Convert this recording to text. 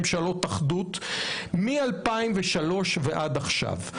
ממשלות אחדות מ-2003 ועד עכשיו.